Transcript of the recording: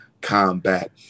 combat